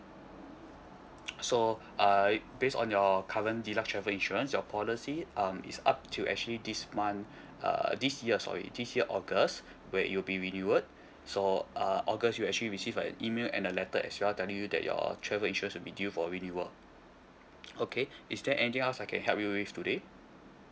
so uh based on your current deluxe travel insurance your policy um is up to actually this month uh this year sorry this year august where it'll be renewal so uh august you'll actually receive an email and a letter as well telling you that your travel insurance will be due for renewal okay is there anything else I can help you with today